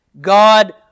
God